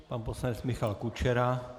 Pan poslanec Michal Kučera.